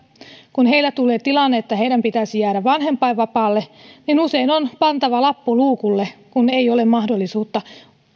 kun heille tulee tilanne että heidän pitäisi jäädä vanhempainvapaalle niin usein on pantava lappu luukulle kun ei ole muuten mahdollisuutta